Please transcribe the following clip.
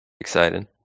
Excited